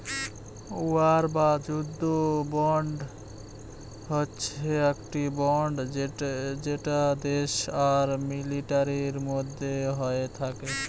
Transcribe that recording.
war বা যুদ্ধ bond হচ্ছে একটি বন্ড যেটা দেশ আর মিলিটারির মধ্যে হয়ে থাকে